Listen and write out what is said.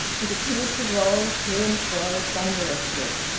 it appeared to roll to and fro thunderously.